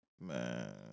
Man